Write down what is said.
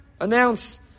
announce